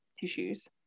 tissues